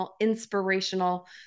inspirational